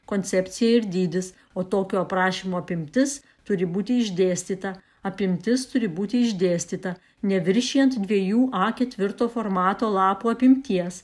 koncepcija ir dydis o tokio aprašymo apimtis turi būti išdėstyta apimtis turi būti išdėstyta neviršijant dviejų a ketvirto formato lapų apimties